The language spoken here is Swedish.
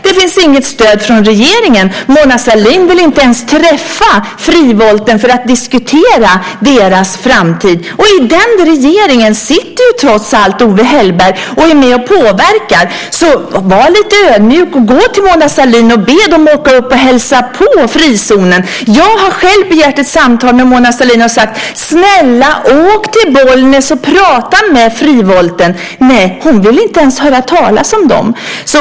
Det finns inget stöd från regeringen! Mona Sahlin vill inte ens träffa Frivolten för att diskutera deras framtid. I den regeringen sitter trots allt Owe Hellberg och är med och påverkar. Var lite ödmjuk och gå till Mona Sahlin och be henne åka upp och hälsa på i frizonen! Jag har själv begärt ett samtal med Mona Sahlin och sagt: Snälla, åk till Bollnäs och prata med Frivolten! Nej, hon vill inte ens höra talas om dem.